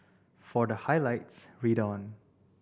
for the highlights read on